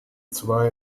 zwei